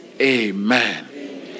amen